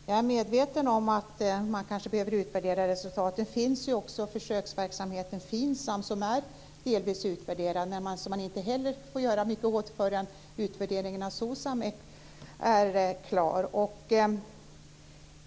Fru talman! Jag är medveten om att man kanske behöver utvärdera resultaten. Nu finns ju också försöksverksamheten FINSAM som delvis är utvärderad, men man får ju inte göra mycket åt den heller förrän utvärderingen av SOCSAM är klar.